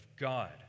God